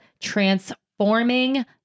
Transforming